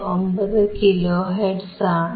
59 kilo hertz ആണ്